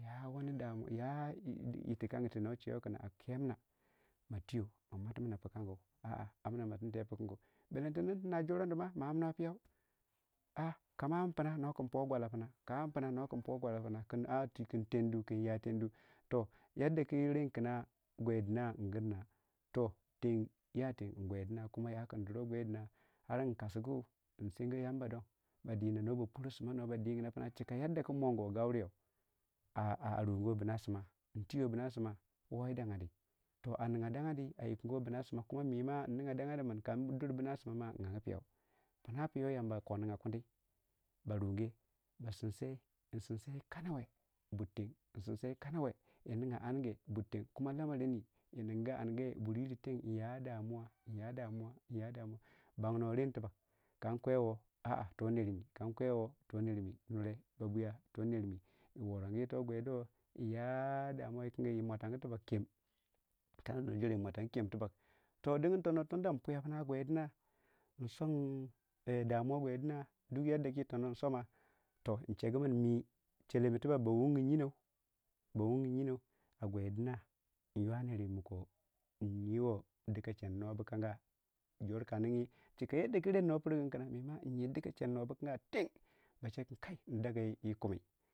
Ya yir tikongi tu ya nochewai kin a kemina ma twiiyo mou mautuminna pukangu a'a amna tintai pukangu ballantanen tinno jo randi ma amnuwai piiyau a ka amin piinna no kin poo gwala punna ka amin piinna nokin poo gwalla punna kin a kin teng du ya teng du toh yaddaku ren kinna gweidinna ngirna teng ya teng ngwiidinna yakin duruwei gwiidinna ar nkasgu nsengo yamba don ba diina noba purosima noba diigna pa chika wu monguwe gauriyo a'a ruguwe bina sima ntiwe bina sima woo yi dangandi a ninga dangandi a yikkinge, buna sima mimou nninga dangadi min kan dur bunna sima n'angi piiyau piir no pu yo yamba ko ninga kundi ba ruge ba simsai yiin sinsai kanwe burteng rema renni yi ningu ange bur- yr teng nya bannuwe reni tubag kan kwe woo a'a to nermi kan kwe woo to nermi nure, ba bwiiya to nermi nwor rongu yiito guiido nya damuwa wu kange yi mou taggu tubag kem kana dono jore yi moutangu kem tubag dingin tono tunda npiiya pina gwiidinna nsom damuwa gwiidinna duk kii tonou msoma damuwa uchegu min mi chelomin tubbag ba wungun gyinnou ba wungun yunnou a gwiidina nyo nerwu mukko nyiwei dikachei nuwa bukanga jor ka ningi chikka kinda kuno piirgu mu kina mima nyee dikachen nuwa bukange teng bache kin ndanga yii kummi.